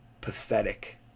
pathetic